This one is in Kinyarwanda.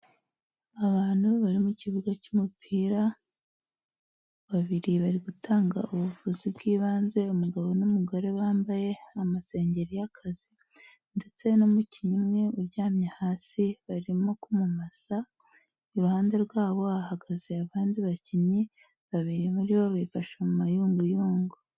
Abantu bari mu kibuga cy'umupira, babiri bari gutanga ubuvuzi bw'ibanze, umugabo n'umugore bambaye amasengeri y'akazi ndetse n'umukinnyi umwe uryamye hasi barimo kumumasa, iruhande rwabo hahagaze abandi bakinnyi babiri muri bo bifashe mu mayunguyungu.